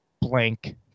blank